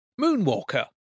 moonwalker